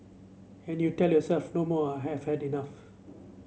and you tell yourself no more I have had enough